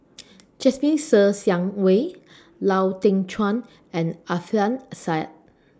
Jasmine Ser Xiang Wei Lau Teng Chuan and Alfian Sa'at